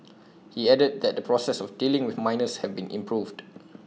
he added that the process of dealing with minors have been improved